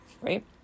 Right